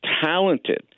talented